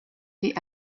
die